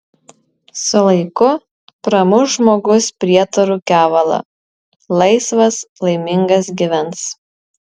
su laiku pramuš žmogus prietarų kevalą laisvas laimingas gyvens